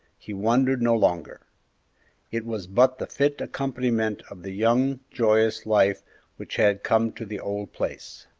he wondered no longer it was but the fit accompaniment of the young, joyous life which had come to the old place.